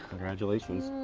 congratulations.